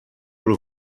por